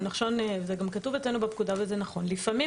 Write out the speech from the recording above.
ואומרת זה גם כתוב אצלנו בפקודה וזה נכון שלפעמים